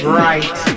right